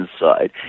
inside